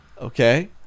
Okay